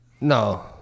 No